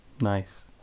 nice